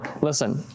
Listen